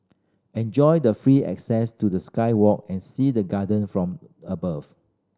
enjoy the free access to the sky walk and see the garden from above